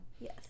Yes